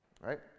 Right